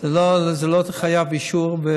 זה לא חייב אישור.